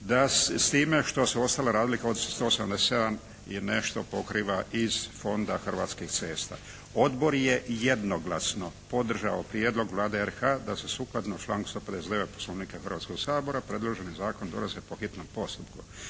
da, s time što se ostala razlika od 187 i nešto pokriva iz Fonda Hrvatskih cesta. Odbor je jednoglasno podržao prijedlog Vlade RH da se sukladno članku 159. Poslovnika Hrvatskog sabora predloženi zakon donosi po hitnom postupku.